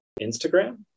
Instagram